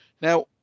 Now